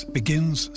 begins